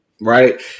right